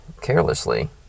carelessly